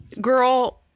girl